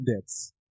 deaths